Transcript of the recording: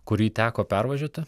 kurį teko pervažiuoti